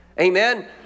Amen